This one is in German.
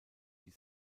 die